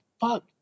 fuck